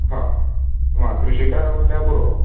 हां ना क्रिशीं कार्ड उल्ल्या पुरो